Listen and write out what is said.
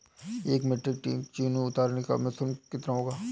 एक metric ton चीकू उतारने का श्रम शुल्क कितना होगा?